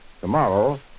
tomorrow